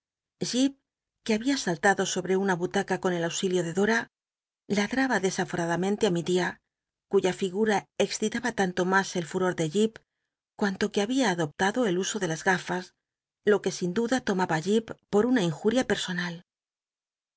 que babia sallado sobre una butaca con el a u i lio de dora ladraba clesafomdamenle á mi tia cuya figum excitaba tanto mas el futor de jip cuanto que babia adoptado el uso de las gafas lo que sin duda tomaba jip por una injuria personal